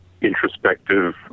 introspective